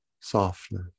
softness